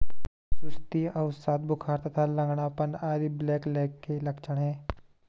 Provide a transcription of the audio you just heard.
सुस्ती, अवसाद, बुखार तथा लंगड़ापन आदि ब्लैकलेग के लक्षण हैं